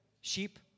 sheep